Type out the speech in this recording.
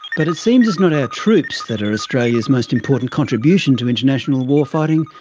but it seems it's not our troops that are australia's most important contribution to international warfighting,